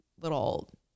little